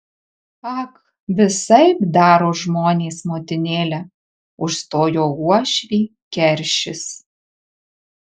ag visaip daro žmonės motinėle užstojo uošvį keršis